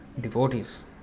devotees